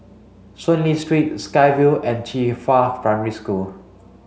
Soon Lee Street Sky Vue and Qifa Primary School